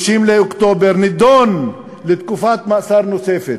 30 באוקטובר, הוא נידון לתקופת מאסר נוספת,